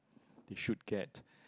they should get